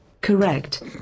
Correct